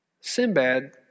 Sinbad